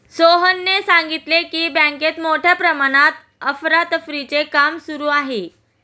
सोहनने सांगितले की, बँकेत मोठ्या प्रमाणात अफरातफरीचे काम सुरू आहे